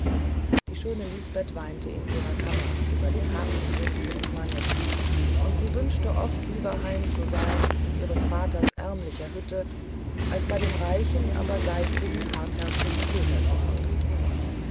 die schöne lisbeth weinte in ihrer kammer über den harten sinn ihres mannes und sie wünschte oft lieber heim zu sein in ihres vaters ärmlicher hütte als bei dem reichen aber geizigen hartherzigen peter